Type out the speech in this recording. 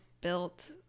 built